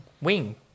wing